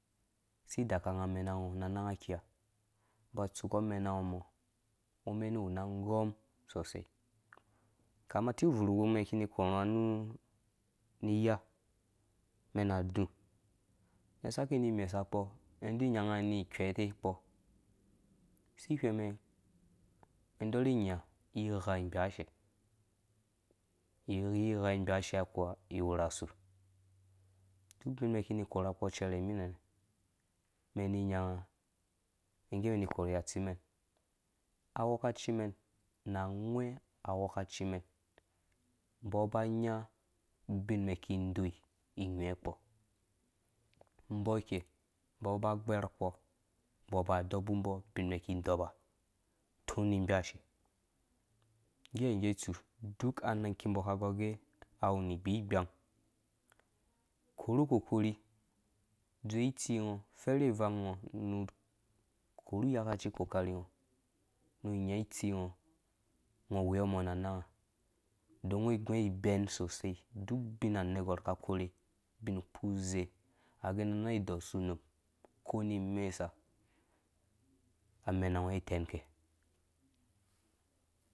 Si daka nga amɛna ngo na nang akiha ba tsuku amɛna ngo mɔ ngɔ mɛnu wu na agɔm sosai kama ti bvur wumen kini korho nga nu iya mɛn adũmɛn saki ni. mesa kpɔ mɛndi nyanga ni kwete kpɔ si whɛng mɛn mɛn dɔrhi nya ighagbashe ighigha gbashe kuwa iwu rha asu duk ubin mɛn ki ni korha kpɔ cɛrɛ ni minɛnɛ mɛn ni yau ngu mɛn ni korhuwe atsi mɛn aukaci mɛn na aghwɛ awɔkaci mɛn mbɔ ba nya ubin mɛn ki doi i ghwe kpɔ mbɔ ikei mbɔ ba gbɛr kpɔ mbɔ ba ɔbɔ mbɔ ubinmɛn ki dɔba tun ni gbashe ngge tsu duk anang ki mbɔ ka gɔrgɛ awu ni gbi gbang korhu kokarhi dzowe itsi ngɔ fɛrhe ivang ngɔ nu korhu iya kaci kokarha ngɔ nu nya itsi ngɔ ngɔ weyɔ mɔ na nengha don nga gungɔ ibɛn sosei duk ubin anergwar ka korhe ubin kpu ku ze age na nang dɔsu num ko ni imesa amɛna ngɔ ai tɛnke.